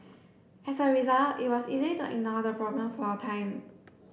as a result it was easy to ignore the problem for a time